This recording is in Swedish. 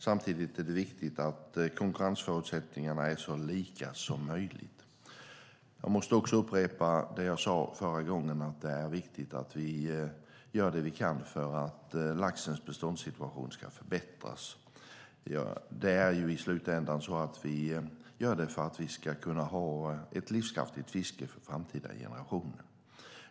Samtidigt är det viktigt att konkurrensförutsättningarna är så lika som möjligt. Jag måste också upprepa det jag sade förra gången, att det är viktigt att vi gör det vi kan för att laxens beståndssituation ska förbättras. Det är ju i slutändan så att vi gör det för att vi ska kunna ha ett livskraftigt fiske för framtida generationer.